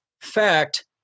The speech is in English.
Fact